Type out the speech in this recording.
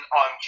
on